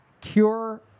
cure